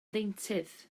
ddeintydd